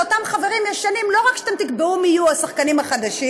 לאותם חברים ישנים: לא רק שאתם תקבעו מי יהיו השחקנים החדשים,